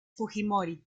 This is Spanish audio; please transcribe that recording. fujimori